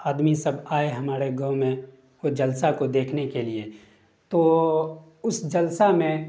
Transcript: آدمی سب آئے ہمارے گاؤں میں وہ جلسہ کو دیکھنے کے لیے تو اس جلسہ میں